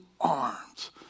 arms